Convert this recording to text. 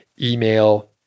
email